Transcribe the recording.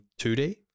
2D